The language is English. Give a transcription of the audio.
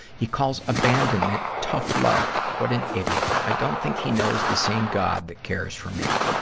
he call abandonment tough love. what an idiot. i don't think he knows the same god that cares for me,